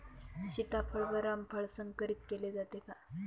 सीताफळ व रामफळ संकरित केले जाते का?